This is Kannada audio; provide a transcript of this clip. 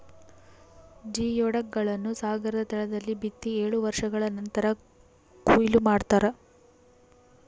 ಜಿಯೊಡಕ್ ಗಳನ್ನು ಸಾಗರದ ತಳದಲ್ಲಿ ಬಿತ್ತಿ ಏಳು ವರ್ಷಗಳ ನಂತರ ಕೂಯ್ಲು ಮಾಡ್ತಾರ